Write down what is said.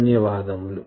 ధన్యవాదములు